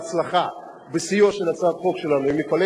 אחת נועדה לעזור למשרד האוצר לסיים בהצלחה את המשא-ומתן מול "מפעלי